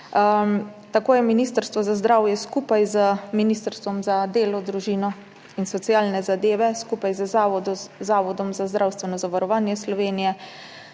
Tako je Ministrstvo za zdravje skupaj z Ministrstvom za delo, družino, socialne zadeve in enake možnosti, skupaj z Zavodom za zdravstveno zavarovanje Slovenije,